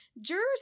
Jurors